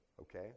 okay